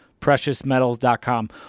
preciousmetals.com